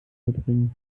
verbringen